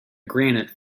granite